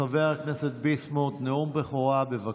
חבר הכנסת ביסמוט, נאום בכורה, בבקשה.